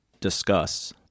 discuss